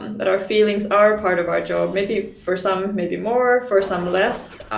that our feelings are part of our job maybe for some, maybe more, for some less.